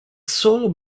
solo